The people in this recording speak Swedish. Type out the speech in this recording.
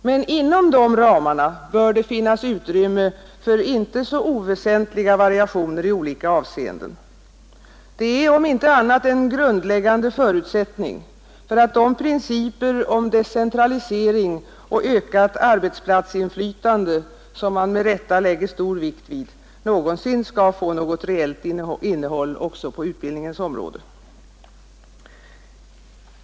Men inom dessa ramar bör det finnas utrymme för inte oväsentliga variationer i olika avseenden. Det är om inte annat en grundläggande förutsättning för att de principer om decentralisering och ökat arbetsplatsinflytande, som man med rätta lägger stor vikt vid, någonsin skall få något reellt innehåll också på utbildningens område.